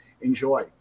enjoy